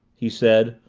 he said,